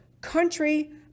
country